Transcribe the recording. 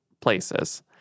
places